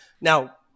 now